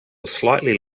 slightly